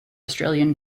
australian